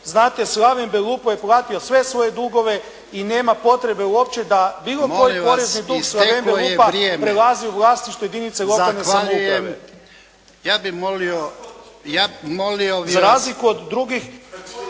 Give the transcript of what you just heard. Znate i sami, Belupo je platio sve svoje dugove i nema potrebe uopće da bilo koji porezni dug sa Belupa prelazi u vlasništvo jedinice lokalne samouprave. **Jarnjak,